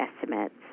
estimates